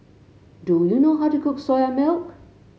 do you know how to cook Soya Milk